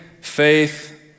faith